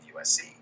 USC